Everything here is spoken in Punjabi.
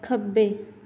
ਖੱਬੇ